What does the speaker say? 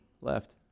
left